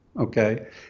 Okay